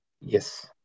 Yes